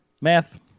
Math